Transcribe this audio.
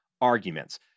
arguments